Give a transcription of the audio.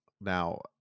now